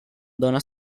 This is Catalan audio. dones